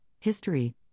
history